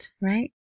Right